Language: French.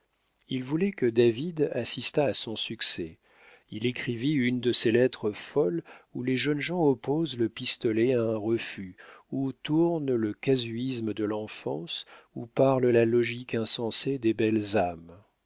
il voulait que david assistât à son succès il écrivit une de ces lettres folles où les jeunes gens opposent le pistolet à un refus où tourne le casuisme de l'enfance où parle la logique insensée des belles âmes